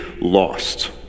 lost